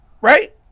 right